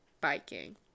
biking